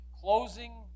closing